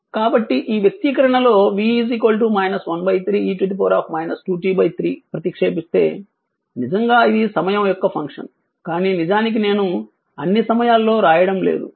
కాబట్టి ఈ వ్యక్తీకరణ లో v 1 3 e 2t 3 ప్రతిక్షేపిస్తే నిజంగా ఇది సమయం యొక్క ఫంక్షన్ కానీ నిజానికి నేను అన్ని సమయాల్లో రాయడం లేదు